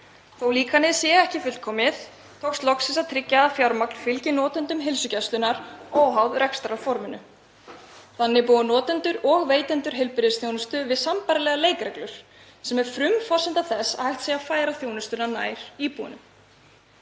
að líkanið sé ekki fullkomið tókst loksins að tryggja að fjármagn fylgi notendum heilsugæslunnar óháð rekstrarforminu. Þannig búa notendur og veitendur heilbrigðisþjónustu við sambærilegar leikreglur sem er frumforsenda þess að hægt sé að færa þjónustuna nær íbúunum.